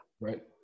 Right